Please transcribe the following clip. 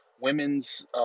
women's